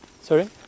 sorry